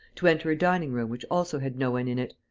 to enter a dining-room which also had no one in it,